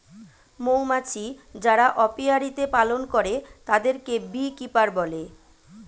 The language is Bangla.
মৌমাছি যারা অপিয়ারীতে পালন করে তাদেরকে বী কিপার বলে